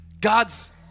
God's